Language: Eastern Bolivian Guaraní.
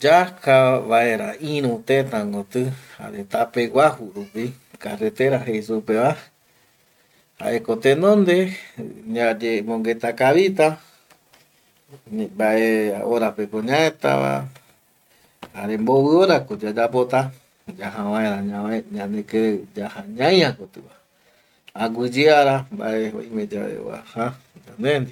Yaja vaera iru tëta koti jare tape guaju rupi carretera jei supeva jaeko tenonde yayemongueta kavita mbae horapeko ñaetava jare mbovi horako yayapota yaja vaera ñavae ñanekirei yaja ñaikotiva aguiyeara oimeyave mbae oaja yande ndie